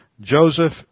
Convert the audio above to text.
Joseph